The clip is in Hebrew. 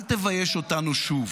אל תבייש אותנו שוב.